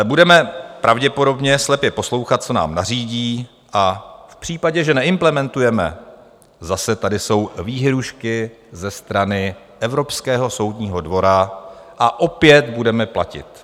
Budeme pravděpodobně slepě poslouchat, co nám nařídí, a v případě, že neimplementujeme, zase tady jsou výhrůžky ze strany Evropského soudního dvora a opět budeme platit.